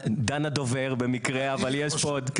דנה דובר במקרה, אבל יש פה עוד.